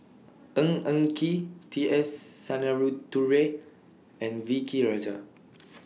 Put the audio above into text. Ng Eng Kee T S Sinnathuray and V K Rajah